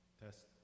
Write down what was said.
Test